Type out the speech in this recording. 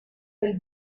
del